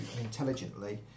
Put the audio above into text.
intelligently